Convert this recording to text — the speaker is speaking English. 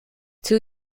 two